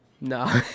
no